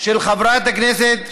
של חברת הכנסת שרן,